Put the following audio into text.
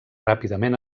ràpidament